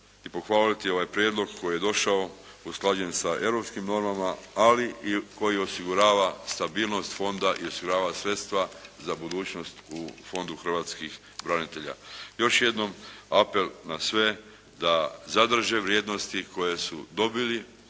i pohvaliti ovaj prijedlog koji je došao usklađen sa europskim normama ali i koji osigurava stabilnost fonda i osigurava sredstva za budućnost u fondu hrvatskih branitelja. Još jednom apel na sve da zadrže vrijednosti koje su dobili,